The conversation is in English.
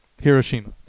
Hiroshima